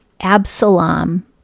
Absalom